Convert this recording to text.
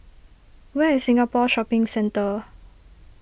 where is Singapore Shopping Centre